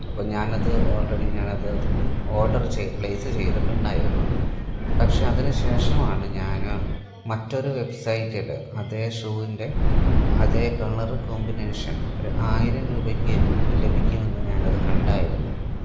അപ്പോള് ഞാനത് ഓള്റെഡി ഞാനത് ഓഡര് ചെയ് പ്ലേസ് ചെയ്തിട്ടുണ്ടായിരുന്നു പക്ഷേ അതിന് ശേഷമാണ് ഞാന് മറ്റൊരു വെബ്സൈറ്റില് അതേ ഷൂവിന്റെ അതേ കളര് കോമ്പിനേഷന് ഒരു ആയിരം രൂപയ്ക്ക് ലഭിക്കുമെന്ന് ഞാനതു കണ്ടായിരുന്നു